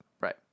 Right